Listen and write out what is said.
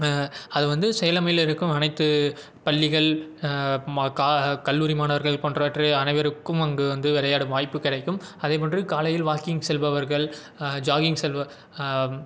அது வந்து சேலமில் இருக்கும் அனைத்து பள்ளிகள் ம க கல்லூரி மாணவர்கள் போன்றவற்றை அனைவருக்கும் அங்கு வந்து விளையாடும் வாய்ப்பு கிடைக்கும் அதேபோன்று காலையில் வாக்கிங் செல்பவர்கள் ஜாகிங் செல்வார்